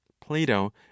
Plato